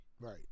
Right